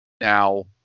Now